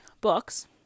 books